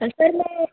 sir मैं